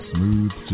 Smooth